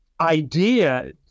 idea